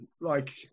Like-